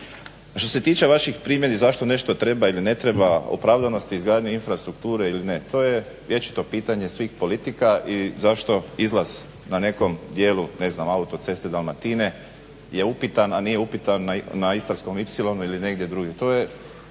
što se tiče vaših primjedbi zašto nešto treba ili ne treba opravdanosti izgradnje infrastrukture ili ne to je vječito pitanje svih politika i zašto izlaz na nekom dijelu ne znam autoceste Dalmatine je upitan, a nije upitan na Istarskom ipsilonu ili negdje drugdje.